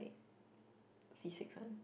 C six one